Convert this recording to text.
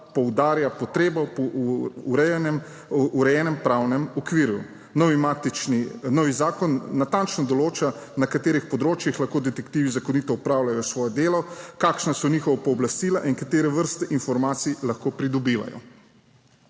poudarja potrebo po urejenem pravnem okviru. Novi zakon natančno določa, na katerih področjih lahko detektivi zakonito opravljajo svoje delo, kakšna so njihova pooblastila in katere vrste informacij lahko pridobivajo.